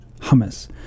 hummus